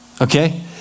Okay